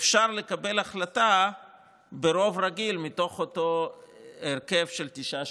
שאפשר לקבל החלטה ברוב רגיל מתוך אותו הרכב של תשעה שופטים.